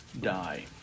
die